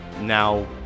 now